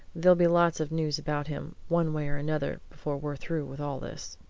there'll be lots of news about him, one way or another, before we're through with all this.